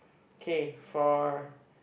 K for